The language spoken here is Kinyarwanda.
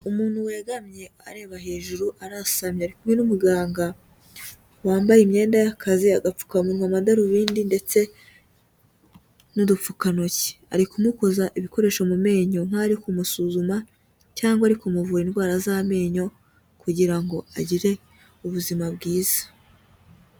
Umuntu wegamye areba hejuru, arasamemye, ari kumwe n'umuganga wambaye imyenda y'akazi, agapfukamunwa, amadarubindi ndetse n'udupfukantoki, ari kumukoza ibikoresho mu menyo nk'aho ari kumusuzuma cyangwa ariko kumuvura indwara z'amenyo, kugira ngo agire ubuzima bwiza.